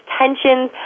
tensions